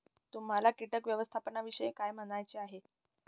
तुम्हाला किटक व्यवस्थापनाविषयी काय म्हणायचे आहे?